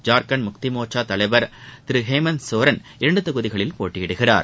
ஜார்க்கண்ட் முக்தி மோர்ச்சா தலைவர் திரு ஹேமந்த் சோரன் இரண்டு தொகுதிகளில் போட்டியிடுகிறார்